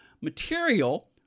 material